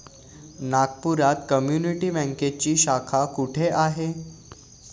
नागपुरात कम्युनिटी बँकेची शाखा कुठे आहे?